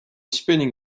spinning